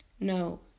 No